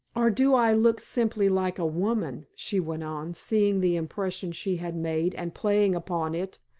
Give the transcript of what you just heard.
or do i look simply like a woman? she went on, seeing the impression she had made, and playing upon it.